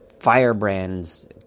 firebrands